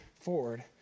forward